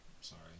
sorry